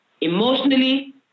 emotionally